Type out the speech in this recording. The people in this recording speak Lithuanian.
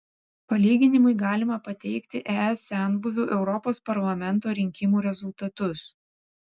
palyginimui galima pateikti es senbuvių europos parlamento rinkimų rezultatus